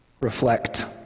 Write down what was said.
reflect